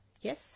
yes